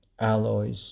Alloys